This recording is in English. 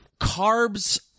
carbs